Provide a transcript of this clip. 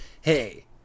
Hey